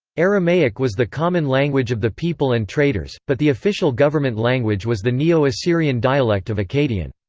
aramaic was the common language of the people and traders, but the official government language was the neo-assyrian dialect of akkadian.